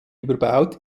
überbaut